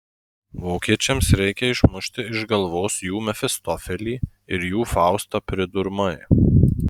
vokiečiams reikia išmušti iš galvos jų mefistofelį ir jų faustą pridurmai